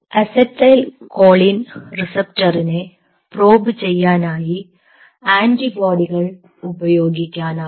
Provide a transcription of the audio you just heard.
acetyl Colin റിസപ്റ്ററിനെ probe ചെയ്യാനായി ആൻറിബോഡികൾ ഉപയോഗിക്കാനാകും